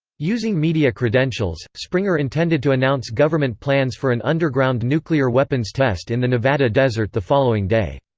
using media credentials, springer intended to announce government plans for an underground nuclear weapons test in the nevada desert the following day.